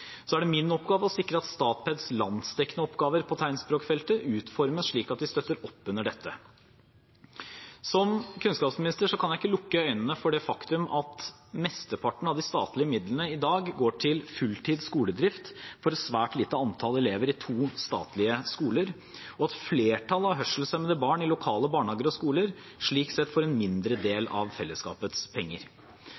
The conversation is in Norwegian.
Så er det min oppgave å sikre at Statpeds landsdekkende oppgaver på tegnspråkfeltet utformes slik at de støtter opp under dette. Som kunnskapsminister kan jeg ikke lukke øynene for det faktum at mesteparten av de statlige midlene i dag går til fulltids skoledrift for et svært lite antall elever i to statlige skoler, og at flertallet av hørselshemmede barn, i lokale barnehager og skoler, slik sett får en mindre del